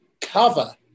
cover